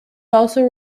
also